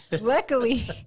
Luckily